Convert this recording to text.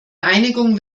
einigung